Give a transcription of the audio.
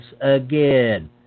again